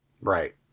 Right